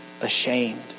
ashamed